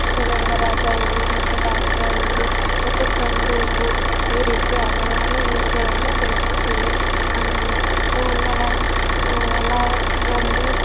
ಸುಗಂಧ ರಾಜ ಹೂವು ಮತ್ತು ದಾಸ್ವಾಳ ಹೂವು ಮತ್ತು ಚೆಂಡು ಹೂವು ಈ ರೀತಿ ಹಲವಾರು ಹೂವುಗಳನ್ನ ಬೆಳೆಸ್ತೀವಿ ಆಮೇಲೆ ಹೂವುಗಳ ಹೊಲ ಒಂದು